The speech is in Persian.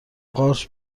قارچ